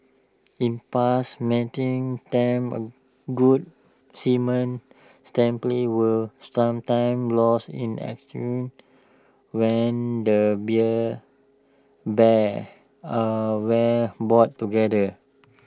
in past mating attempts good semen were sometimes lost in when the beer bears are where brought together